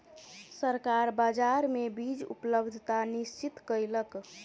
सरकार बाजार मे बीज उपलब्धता निश्चित कयलक